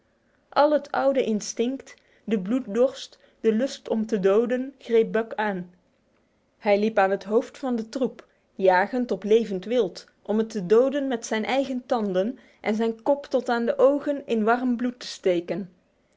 al het oude instinct de bloeddorst de lust om te doden greep buck aan hij liep aan het hoofd van de troep jagend op levend wild om het te doden met zijn eigen tanden en zijn kop tot aan de ogen in warm bloed te steken